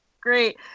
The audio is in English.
Great